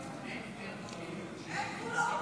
די, אין גבולות,